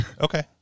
Okay